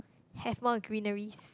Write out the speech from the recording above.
have more greenery